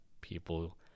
people